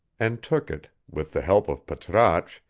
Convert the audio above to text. and took it, with the help of patrasche,